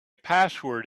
password